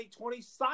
2020